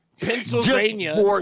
Pennsylvania